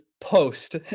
post